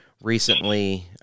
Recently